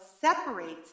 separates